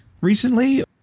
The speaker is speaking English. recently